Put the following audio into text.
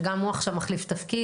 שגם הוא עכשיו מחליף תפקיד.